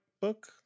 book